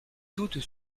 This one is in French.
doutes